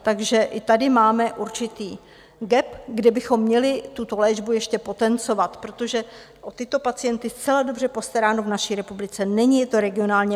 Takže i tady máme určitý gap, kdy bychom měli tuto léčbu ještě potencovat, protože o tyto pacienty zcela dobře postaráno v naší republice není.